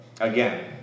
Again